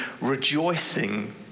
rejoicing